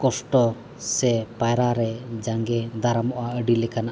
ᱠᱚᱥᱴᱚ ᱥᱮ ᱯᱟᱭᱨᱟᱨᱮ ᱡᱟᱸᱜᱮ ᱫᱟᱨᱟᱢᱚᱜᱼᱟ ᱟᱹᱰᱤ ᱞᱮᱠᱟᱱᱟᱜ